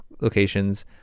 locations